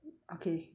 okay